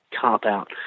cop-out